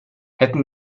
hätten